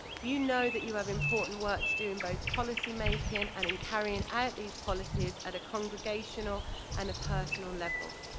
you know that you have important work to do in both policy making and in carrying out these policies at a congregational and a personal level.